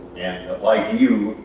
and like you,